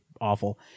awful